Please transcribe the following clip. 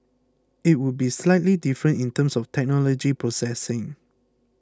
it would be slightly different in terms of technology processing